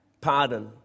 pardon